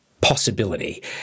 possibility